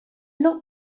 locked